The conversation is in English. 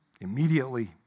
immediately